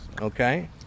okay